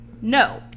No